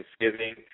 Thanksgiving